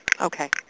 Okay